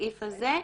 בסעיף הזה.